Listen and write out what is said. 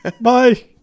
Bye